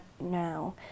now